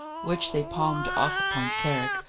which they palmed off upon carrick,